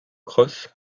cross